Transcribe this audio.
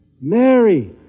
Mary